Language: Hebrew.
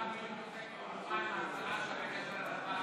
עוברת לוועדה המסדרת לקביעת ועדה להכנה לקריאה שנייה ושלישית.